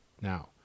now